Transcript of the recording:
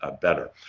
better